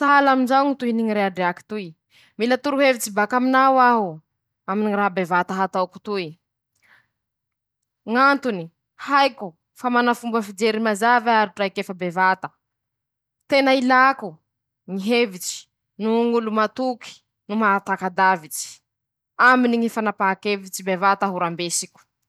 Manahaky anizao ñy kolotsainy ñ'olo a Chine añy :-Rozy ao, mifototsy aminy ñy filôzôfia noho ñy soatoavy maha sinoa an-drozy ;manahaky anizay ñy finoan-drozy ñy Bodisme ;manahaky anizao koa ñy fomba fisakafoanan-drozy, manany ñy foto-tsakafon-drozy rozy sinoa eo ;ñy vary zay noho ñy mofo, ao koa ñy paty ;manahaky anizao koa ñy fanaovan-drozy ñy raha kanto noho ñy literatiora.